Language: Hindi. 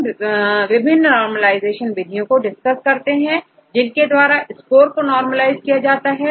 हम विभिन्न नॉर्मलाइजेशन विधियों को डिस्कस करते हैं जिनके द्वारा स्कोर को नोर्मलिज़ किया जाता है